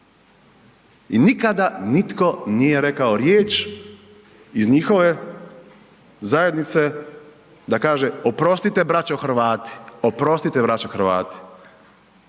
i nikada nitko nije rekao riječ iz njihove zajednice da kaže oprostite, braćo Hrvati, oprostite braćo Hrvati